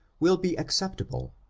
will be acceptable,